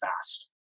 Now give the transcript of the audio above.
fast